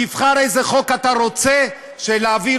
תבחר איזה חוק אתה רוצה להעביר.